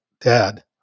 Dad